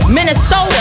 Minnesota